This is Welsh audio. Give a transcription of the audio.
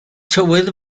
tywydd